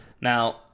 Now